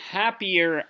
happier